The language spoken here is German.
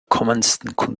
kunstwerken